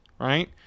right